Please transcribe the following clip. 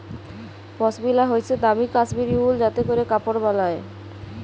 পশমিলা হইসে দামি কাশ্মীরি উল যাতে ক্যরে কাপড় বালায়